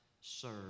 serve